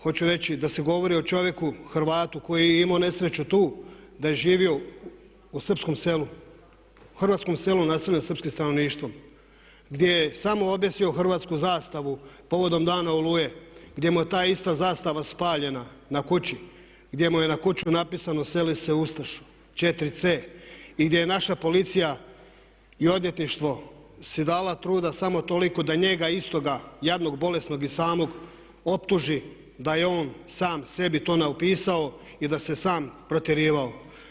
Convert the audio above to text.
Hoću reći da se govori o čovjeku, Hrvatu koji je imao nesreću tu da je živio u srpskom selu, u hrvatskom selu naseljenim srpskim stanovništvo gdje je samo objesio hrvatsku zastavu povodom Dana oluje gdje mu je ta ista zastava spaljena na kući, gdje mu je na kuću napisano seli se ustašo, 4c i gdje je naša policija i odvjetništvo si dala truda samo toliko da njega istoga jadnog, bolesnog i samog optuži da je on sam sebi to napisao i da se sam protjerivao.